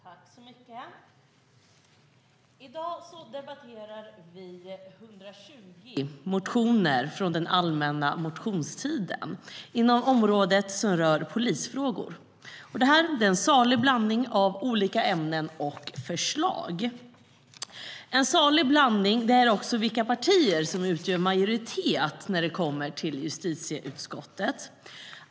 Herr talman! I dag debatterar vi 120 motioner från den allmänna motionstiden inom området som rör polisfrågor. Det är en salig blandning av olika ämnen och förslag. Det är också en salig blandning när det gäller vilka partier som utgör majoritet när det kommer till justitieutskottet.